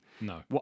No